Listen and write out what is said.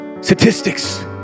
statistics